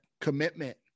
commitment